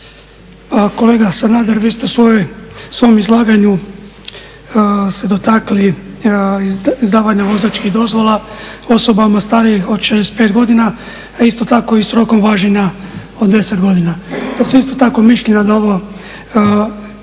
Kolega Sanader, vi ste u svom izlaganju se dotakli izdavanja vozačkih dozvola osobama starijih od 65 godina, a isto tako i sa rokom važenja od 10 godina. Pa sam isto tako mišljenja da ovo